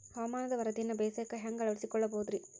ಹವಾಮಾನದ ವರದಿಯನ್ನ ಬೇಸಾಯಕ್ಕ ಹ್ಯಾಂಗ ಅಳವಡಿಸಿಕೊಳ್ಳಬಹುದು ರೇ?